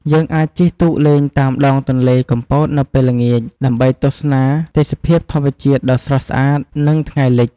យើងអាចជិះទូកលេងតាមដងទន្លេកំពតនៅពេលល្ងាច ដើម្បីទស្សនាទេសភាពធម្មជាតិដ៏ស្រស់ស្អាត និងថ្ងៃលិច។